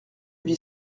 vie